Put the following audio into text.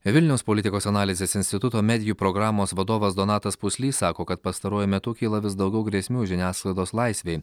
vilniaus politikos analizės instituto medijų programos vadovas donatas puslys sako kad pastaruoju metu kyla vis daugiau grėsmių žiniasklaidos laisvei